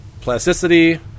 plasticity